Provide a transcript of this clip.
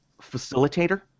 facilitator